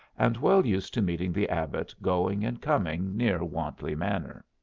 and well used to meeting the abbot going and coming near wantley manor.